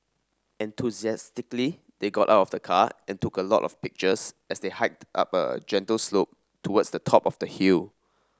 enthusiastically they got out of the car and took a lot of pictures as they hiked up a gentle slope towards the top of the hill